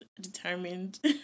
determined